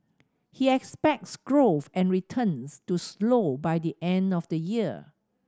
he expects growth and returns to slow by the end of the year